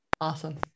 Awesome